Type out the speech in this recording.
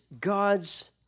God's